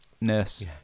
nurse